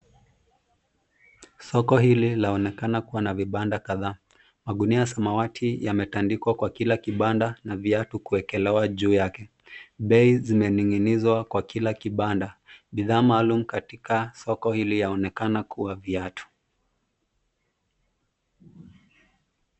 Soko hili laonekana kuwa na vibanda kadhaa , magunia ya samawati yametandikwa kwa kila kibanda na viatu kuekelewa juu yake . Bei zimening'inizwa kwa kila kibanda . Bidhaa maalum katika soko hili yaonekana kuwa viatu .